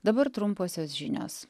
dabar trumposios žinios